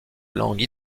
langue